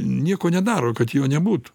nieko nedaro kad jo nebūtų